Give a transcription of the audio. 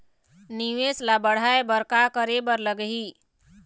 निवेश ला बढ़ाय बर का करे बर लगही?